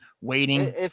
waiting